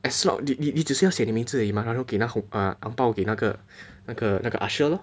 as long 你只需要写你名字而已吗然后给那个 hong bao 给那个那个 usher lor